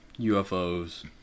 UFOs